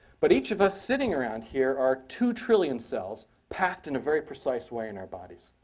but each of us sitting around here are two trillion cells packed in a very precise way in our bodies.